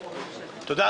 תודה,